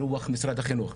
ברוח משרד החינוך.